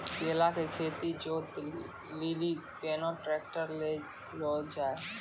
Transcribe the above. केला के खेत जोत लिली केना ट्रैक्टर ले लो जा?